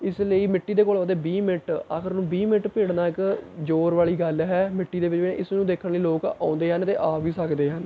ਇਸ ਲਈ ਮਿੱਟੀ ਦੇ ਘੋਲ਼ ਵਾਸਤੇ ਵੀਹ ਮਿੰਟ ਆਖਰ ਨੂੰ ਵੀਹ ਮਿੰਟ ਭਿੜਨਾ ਇੱਕ ਜ਼ੋਰ ਵਾਲੀ ਗੱਲ ਹੈ ਮਿੱਟੀ ਦੇ ਵਿੱਚ ਇਸ ਨੂੰ ਦੇਖਣ ਦੇ ਲਈ ਲੋਕ ਆਉਂਦੇ ਹਨ ਅਤੇ ਆ ਵੀ ਸਕਦੇ ਹਨ